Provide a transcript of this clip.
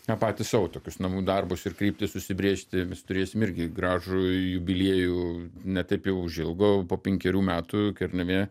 na patys sau tokius namų darbus ir kryptis užsibrėžti mes turėsim irgi gražų jubiliejų ne taip jau už ilgo po penkerių metų kernavė